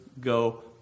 go